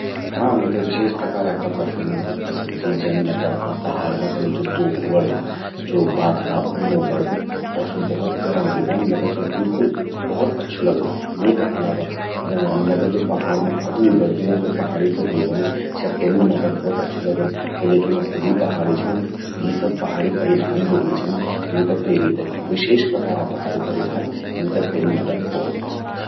हां..मेते विशेष प्रकारा कपड़ा पेन भौत पसंद छिन, जन पहाड़ मां जन ज्वो दोखु बणद, ज्वो बाखरा ऊनो बणद और स्वो भौत गरम भी व्हंद। मेते स्वो बिल्कुल भौत अच्छू लगद। येका अलावा मेते ज्वो पहाड़ मां फतुई बणदि, ज्वो पहाड़ि ट्वोपलि व्हंदि स्वो पेन भि मेते भौत अच्छू लगद किले कि मैं खुद ही पहाड़ि छू। त यि सब पहाड़ि परिधान ज्वो छिन, यूं ते पेरि ते, विशेष प्रकार पहाड़ी परिधान, यूंते पेन मैते भौत पसंद चि।